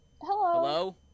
Hello